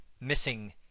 missing